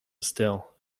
still